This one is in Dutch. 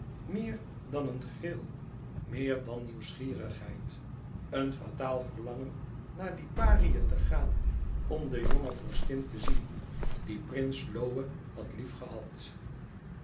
meer dan een gril meer dan nieuwsgierigheid een fataal verlangen e ids aargang naar liparië te gaan om de jonge vorstin te zien die prins lohe had